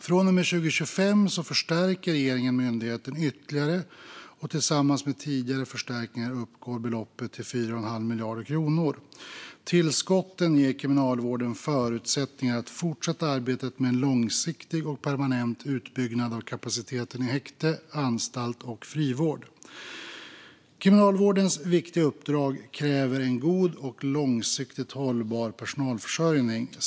Från och med 2025 förstärker regeringen myndigheten ytterligare, och tillsammans med tidigare förstärkningar uppgår beloppet till 4,5 miljarder kronor. Tillskotten ger Kriminalvården förutsättningar att fortsätta arbetet med en långsiktig och permanent utbyggnad av kapaciteten i häkte, anstalt och frivård. Kriminalvårdens viktiga uppdrag kräver en god och långsiktigt hållbar personalförsörjning.